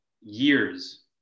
years